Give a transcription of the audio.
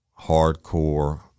hardcore